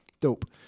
Dope